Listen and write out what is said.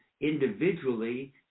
individually